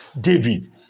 David